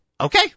Okay